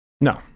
No